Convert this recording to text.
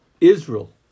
Israel